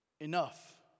Enough